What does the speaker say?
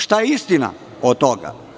Šta je istina od toga?